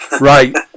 Right